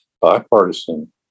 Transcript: bipartisan